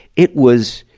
it was,